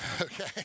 okay